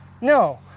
No